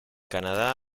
canadá